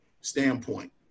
standpoint